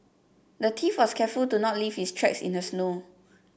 the thief was careful to not leave his tracks in the snow